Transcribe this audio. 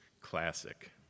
classic